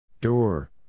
Door